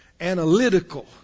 analytical